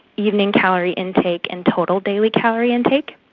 evening calorie intake and total daily calorie intake.